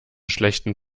schlechten